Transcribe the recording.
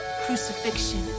crucifixion